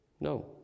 No